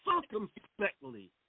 circumspectly